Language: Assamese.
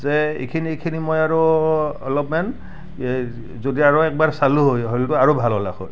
যে এইখিনি এইখিনি মই আৰু অলপমান এ যদি আৰু একবাৰ চালোঁ হয় হয়তো আৰু ভাল হ'লে হয়